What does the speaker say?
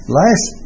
last